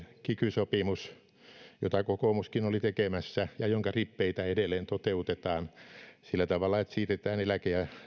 sopimus jota kokoomuskin oli tekemässä ja jonka rippeitä edelleen toteutetaan sillä tavalla että siirretään eläke